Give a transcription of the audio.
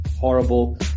horrible